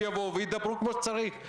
שיבואו וידברו כמו שצריך.